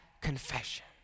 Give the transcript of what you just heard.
confession